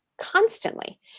constantly